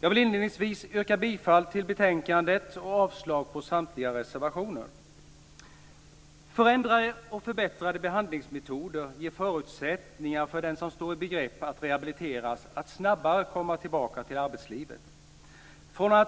Jag vill inledningsvis yrka bifall till hemställan i betänkandet och avslag på samtliga reservationer. Förändrade och förbättrade behandlingsmetoder ger förutsättningar för den som står i begrepp att rehabiliteras att snabbare komma tillbaka till arbetslivet.